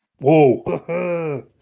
Whoa